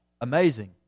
amazing